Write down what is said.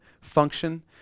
function